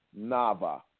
Nava